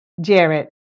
jared